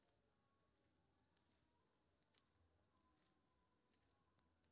कपासक खेती मे लागत बहुत लागै छै, तें किसान एकर खेती नै करय चाहै छै